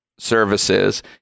services